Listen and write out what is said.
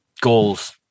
goals